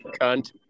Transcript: cunt